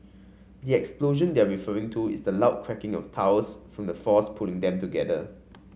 yet explosion they're referring to is the loud cracking of tiles from the force pulling them together